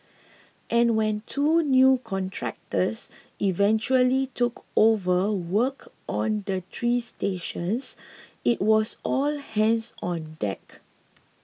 and when two new contractors eventually took over work on the three stations it was all hands on deck